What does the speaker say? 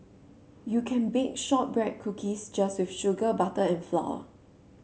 you can bake shortbread cookies just with sugar butter and flour